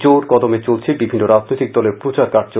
জোর কদমে চলছে বিভিন্ন রাজনৈতিক দলের প্রচারকার্য